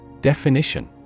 Definition